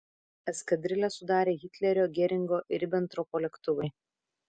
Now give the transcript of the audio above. eskadrilę sudarė hitlerio geringo ir ribentropo lėktuvai